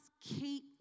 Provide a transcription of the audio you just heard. keep